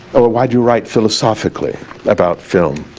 or why'd you write philosophically about film?